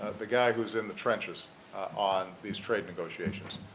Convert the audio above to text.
the guy who's in the trenches on these trade negotiations.